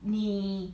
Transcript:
你